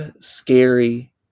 scary